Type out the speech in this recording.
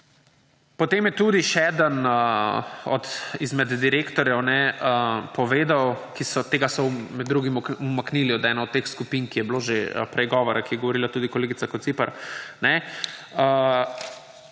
Potem je tudi še eden izmed direktorjev povedal, tega so med drugim umaknili v eno od teh skupin, o kateri je bilo že prej govora, o kateri je govorila tudi kolegica Kociper.